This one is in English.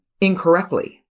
incorrectly